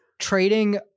Trading